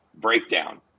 breakdown